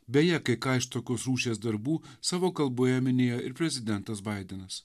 beje kai ką iš tokios rūšies darbų savo kalboje minėjo ir prezidentas baidenas